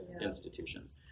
institutions